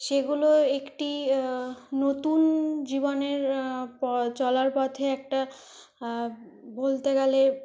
সেগুলো একটি নতুন জীবনের চলার পথে একটা বলতে গেলে